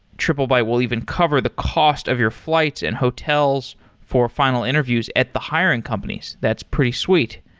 triplebyte will even cover the cost of your flights and hotels for final interviews at the hiring companies. that's pretty sweet.